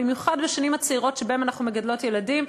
במיוחד בשנים הצעירות שבהן אנחנו מגדלות ילדים,